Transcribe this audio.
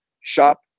shop